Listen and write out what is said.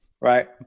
right